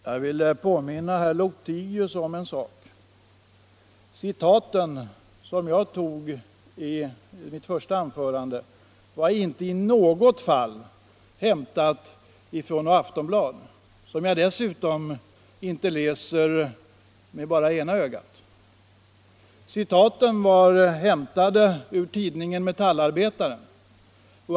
Herr talman! Jag vill påminna herr Lothigius om en sak. Citaten i. mitt första anförande var inte i något fall hämtade från Aftonbladet — som jag dessutom inte läser med bara ena ögat. Det ena citatet var hämtat ur tidningen Metallarbetaren.